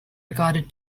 regarded